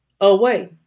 away